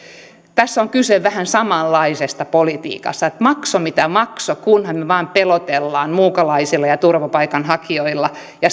tässä on kyse vähän samanlaisesta politiikasta että maksoi mitä maksoi kunhan me vain pelottelemme muukalaisilla ja turvapaikanhakijoilla ja